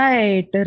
Right